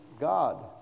God